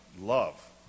love